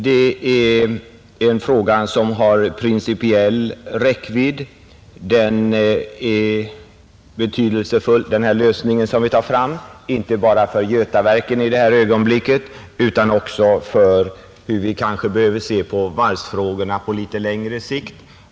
Det är en fråga som också har principiell räckvidd. Den lösning som vi här kommer fram till är betydelsefull inte bara för Götaverken i det här ögonblicket utan också för hur vi kan behöva se på varvsfrågorna på litet längre sikt.